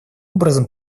образом